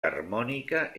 harmònica